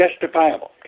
justifiable